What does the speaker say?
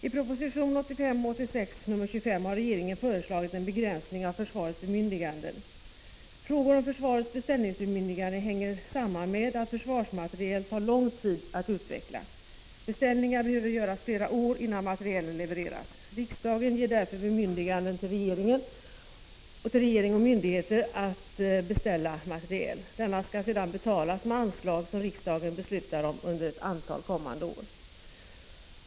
I proposition 1985/86:25 har regeringen föreslagit en begränsning av försvarets bemyndiganden. Frågor om försvarets beställningsbemyndiganden hänger samman med att försvarsmateriel tar lång tid att utveckla. Beställningar behöver göras flera år innan materielen levereras. Riksdagen ger därför bemyndiganden till regeringen och myndigheter att beställa materiel. Denna skall sedan betalas med anslag som riksdagen beslutar om under ett antal kommande år.